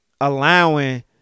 allowing